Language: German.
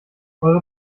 eure